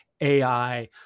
AI